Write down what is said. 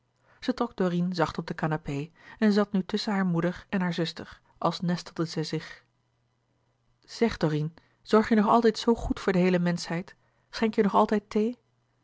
zij trok dorine zacht op de canapé en zat nu tusschen hare moeder en hare zuster als nestelde zij zich zeg dorine zorg je nog altijd zoo goed voor de heele menschheid schenk je nog altijd thee